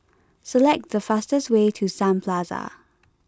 select the fastest way to Sun Plaza